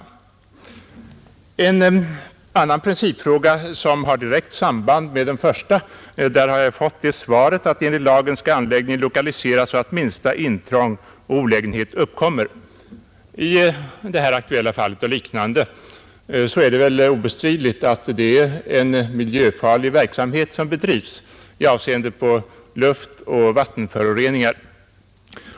Beträffande en annan principfråga, som har direkt samband med den första, har jag fått svaret att enligt lagen skall anläggningen lokaliseras så att minsta intrång och olägenhet uppkommer. I det aktuella fallet — och liknande fall — är det väl obestridligt att den verksamhet som bedrivs är miljöfarlig i avseende på luftoch vattenföroreningar.